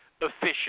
efficient